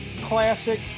classic